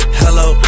hello